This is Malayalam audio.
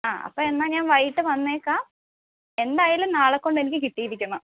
ആ അപ്പോൾ എന്നാൽ ഞാൻ വൈകിട്ട് വന്നേക്കാം എന്തായാലും നാളെ കൊണ്ട് എനിക്ക് കിട്ടിയിരിക്കണം